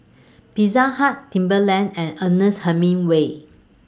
Pizza Hut Timberland and Ernest Hemingway